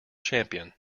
champion